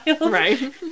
Right